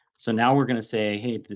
so now we're going to say, hey,